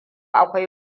akwai